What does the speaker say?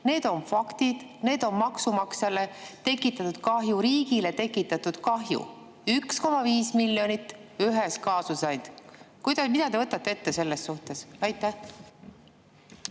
Need on faktid. See on maksumaksjale tekitatud kahju, riigile tekitatud kahju. 1,5 miljonit ainult ühe kaasusega! Mida te võtate ette selles suhtes? Ma